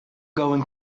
going